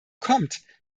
kommt